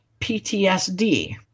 PTSD